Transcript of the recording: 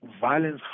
violence